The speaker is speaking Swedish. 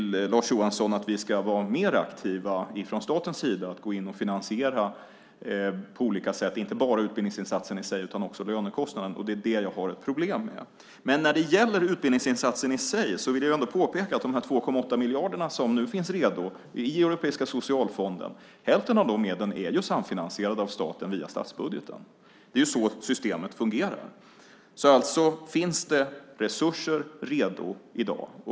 Lars Johansson vill att vi ska vara mer aktiva från statens sida genom att gå in och på olika sätt finansiera inte bara utbildningsinsatsen i sig utan också lönekostnaden, och det är det jag har problem med. När det gäller utbildningsinsatsen i sig vill jag dock påpeka att av de 2,8 miljarder som nu finns redo i Europeiska socialfonden är hälften av medlen samfinansierade av staten via statsbudgeten. Det är så systemet fungerar. Det finns alltså resurser redo i dag.